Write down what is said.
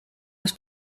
las